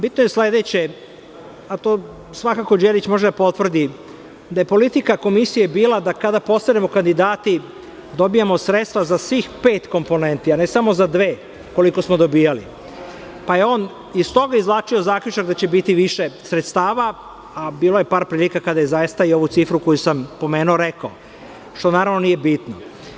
Bitno je sledeće, a to svakako Đelić može da potvrdi, da je politika komisije bila da, kada postanemo kandidati, dobijamo sredstva za svih pet komponenti, a ne samo za dve, koliko smo dobijali, pa je on iz toga izvlačio zaključak da će biti više sredstava, a bilo je par prilika kada je zaista i ovu cifru, koju sam pomenu, rekao, što naravno nije bitno.